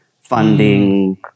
funding